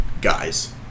guys